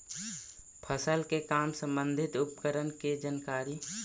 फसल के काम संबंधित उपकरण के जानकारी?